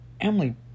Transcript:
Emily